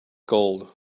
gold